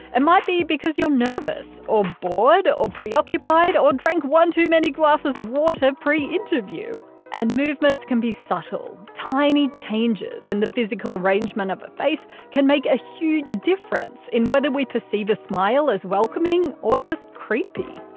and might be because you're nervous, or bored, or preoccupied or drank one too many glasses of water pre-interview! and movements can be subtle tiny changes in the physical arrangement of a face can make a huge difference in whether we perceive a smile as welcoming or just creepy.